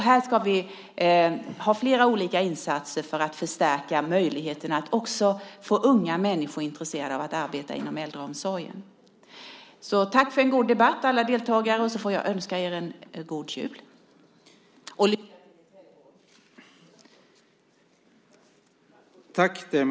Här ska vi göra flera olika insatser för att förstärka möjligheten för att få också unga människor intresserade av att arbeta i äldreomsorgen. Tack för en god debatt, alla deltagare. Jag önskar er en god jul. Lycka till i Trelleborg!